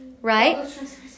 Right